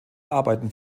arbeiten